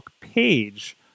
page